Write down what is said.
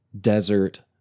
desert